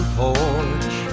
porch